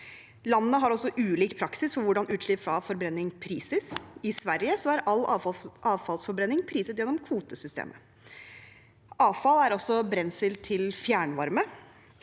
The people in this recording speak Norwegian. Landene har også ulik praksis for hvordan utslipp av forbrenning prises. I Sverige er all avfallsforbrenning priset gjennom kvotesystemet. Avfall er også brensel til fjernvarme,